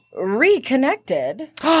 reconnected